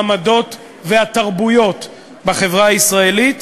העמדות והתרבויות בחברה הישראלית,